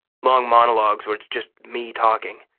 long monologues where it's just me talking.